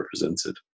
represented